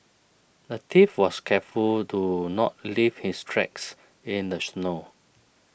the thief was careful to not leave his tracks in the snow